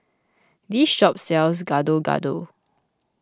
this shop sells Gado Gado